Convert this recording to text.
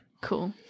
Cool